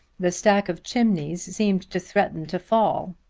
the stack of chimneys seemed to threaten to fall,